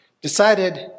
decided